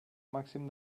màxim